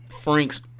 Frank's